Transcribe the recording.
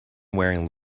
wearing